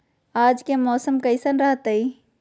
आज के मौसम कैसन रहताई?